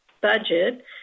budget